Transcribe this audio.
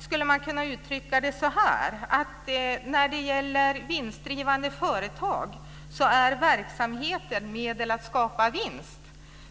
skulle man kunna uttrycka det så här: När det gäller vinstdrivande företag är verksamheten ett medel för att skapa vinst.